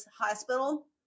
hospital